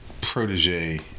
protege